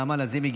נעמה לזימי,